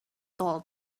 told